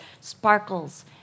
sparkles